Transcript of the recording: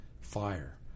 fire